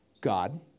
God